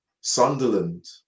Sunderland